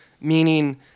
Meaning